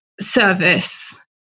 service